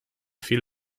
viel